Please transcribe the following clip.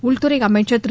உள்துறை அமைச்சா் திரு